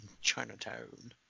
Chinatown